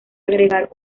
agregar